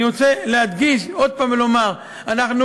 אני רוצה להדגיש עוד הפעם ולומר: אנחנו